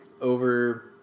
over